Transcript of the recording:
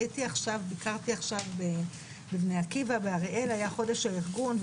ביקרתי עכשיו בבני-עקיבא באריאל היה חודש של ארגון,